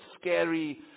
scary